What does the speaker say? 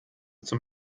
zum